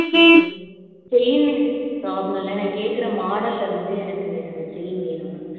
okay chain எனக்கு problem இல்லை நான் கேட்குற மாடலில் வந்து எனக்கு அந்த செயின் வேணும்